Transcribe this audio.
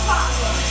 Father